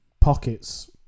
pockets